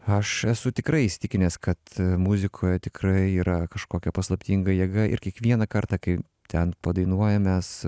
aš esu tikrai įsitikinęs kad muzikoje tikrai yra kažkokia paslaptinga jėga ir kiekvieną kartą kai ten padainuojam mes